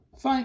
Fine